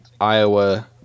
Iowa